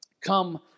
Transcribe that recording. come